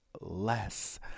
less